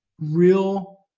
real